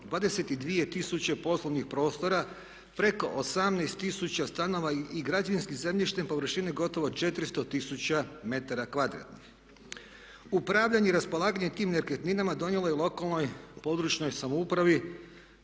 tisuće poslovnih prostora, preko 18000 stanova i građevinskim zemljištem površine gotovo 400 tisuća metara kvadratnih. Upravljanje i raspolaganje tim nekretninama donijelo je lokalnoj, područnoj samoupravi